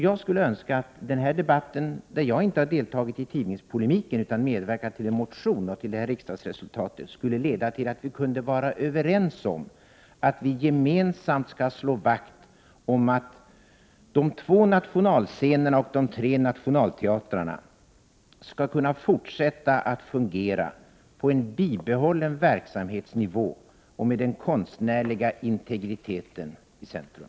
Jag skulle önska att den här debatten — i vilken jag inte deltagit i tidningspolemiken, utan medverkat till en motion och riksdagens kommande beslut — skulle leda till att vi blev överens om att gemensamt slå vakt om att de två nationalscenerna och de tre nationalteatrarna skall kunna fortsätta att fungera på en bibehållen verksamhetsnivå med den konstnärliga integriteten i centrum.